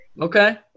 Okay